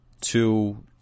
two